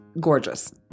Gorgeous